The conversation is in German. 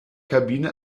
kabine